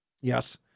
Yes